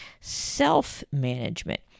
self-management